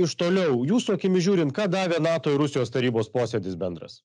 iš toliau jūsų akimis žiūrint ką davė nato ir rusijos tarybos posėdis bendras